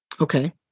Okay